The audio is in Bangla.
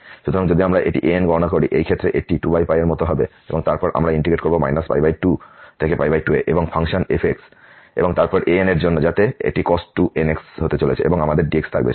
সুতরাং যদি আমরা এটি an গণনা করি এই ক্ষেত্রে এটি 2 এর মত হবে এবং তারপর আমরা ইন্টিগ্রেট করব 2 থেকে 2 এ এবং ফাংশন f এবং তারপর anএরজন্য যাতে এটি cos 2nx হতে চলেছে এবং আমাদের dx থাকবে